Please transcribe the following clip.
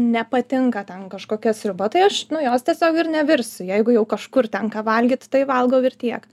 nepatinka ten kažkokia sriuba tai aš nu jos tiesiog ir nevirsiu jeigu jau kažkur tenka valgyt tai valgau ir tiek